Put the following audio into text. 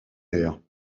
air